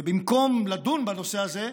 ובמקום לדון בנושא הזה,